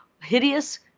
Hideous